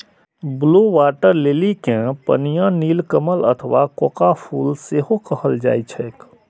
blue water lily कें पनिया नीलकमल अथवा कोका फूल सेहो कहल जाइ छैक